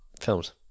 films